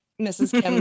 mrs